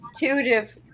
intuitive